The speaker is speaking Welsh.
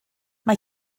mae